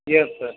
yes sir